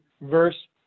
verse